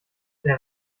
der